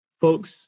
folks